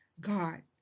God